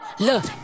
Look